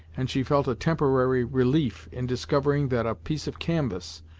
and she felt a temporary relief in discovering that a piece of canvas,